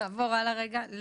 נעבור הלאה רגע.